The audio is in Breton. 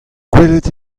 gwelet